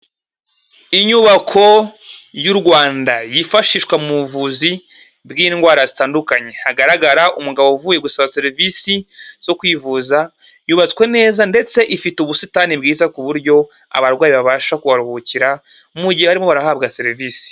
Inyubako y'u Rwanda yifashishwa mu buvuzi bw'indwara zitandukanye. Hagaragara umugabo uvuye gusaba serivisi zo kwivuza, yubatswe neza ndetse ifite ubusitani bwiza ku buryo abarwayi babasha kuharuhukira mu gihe barimo barahabwa serivisi.